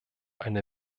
eine